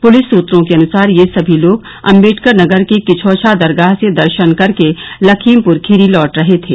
police सूत्रो के अनुसार ये सभी लोग अम्बेडकर नगर के किछौछा दरगाह से दर्शन कर के लखीमपुर खीरी लौट रहे थे